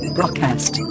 Broadcast